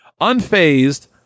Unfazed